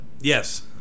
Yes